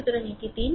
সুতরাং এটি দিন